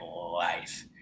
life